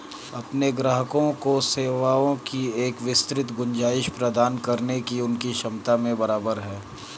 अपने ग्राहकों को सेवाओं की एक विस्तृत गुंजाइश प्रदान करने की उनकी क्षमता में बराबर है